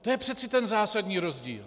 To je přeci ten zásadní rozdíl!